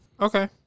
Okay